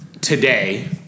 today